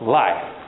life